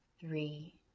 three